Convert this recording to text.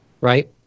right